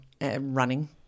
running